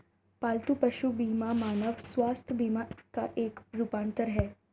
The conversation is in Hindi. पालतू पशु बीमा मानव स्वास्थ्य बीमा का एक रूपांतर है